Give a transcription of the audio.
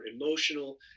emotional